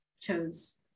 chose